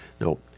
No